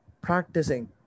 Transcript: practicing